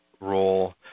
role